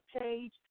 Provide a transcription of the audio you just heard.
page